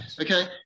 Okay